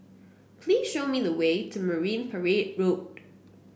please show me the way to Marine Parade Road